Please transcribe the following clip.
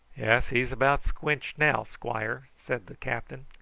yes he's about squenched now, squire, said the captain.